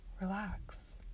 relax